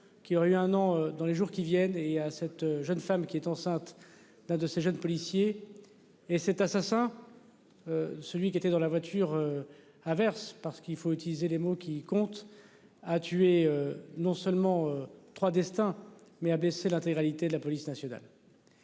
qu'il aurait eu un an dans les jours qui viennent et à cette jeune femme qui est enceinte d'un de ces jeunes policiers et cet assassin. Celui qui était dans la voiture. Verse parce qu'il faut utiliser les mots qui compte a tué non seulement 3 destins mais baissé l'intégralité de la police nationale.